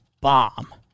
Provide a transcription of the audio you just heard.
bomb